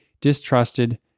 distrusted